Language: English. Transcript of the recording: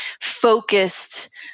focused